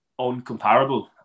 uncomparable